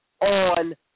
on